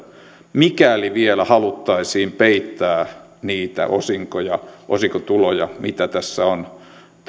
mikäli vielä haluttaisiin peittää niitä osinkotuloja mitä tässä on